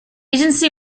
agency